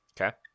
Okay